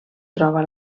troba